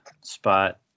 spot